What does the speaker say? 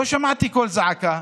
לא שמעתי קול זעקה,